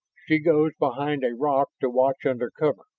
she goes behind a rock to watch under cover.